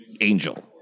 angel